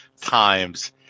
times